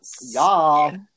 y'all